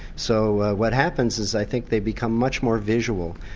so what happens is i think they become much more visual,